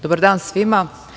Dobar dan svima.